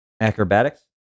Acrobatics